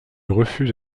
refuge